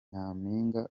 nyampinga